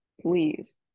please